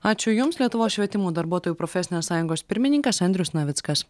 ačiū jums lietuvos švietimo darbuotojų profesinės sąjungos pirmininkas andrius navickas